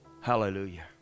Hallelujah